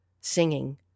singing